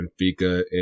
Benfica